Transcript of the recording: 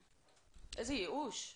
איזה ייאוש.